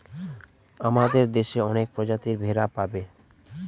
আমাদের দেশে অনেক প্রজাতির ভেড়া পাবে